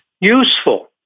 useful